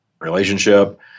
relationship